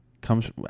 comes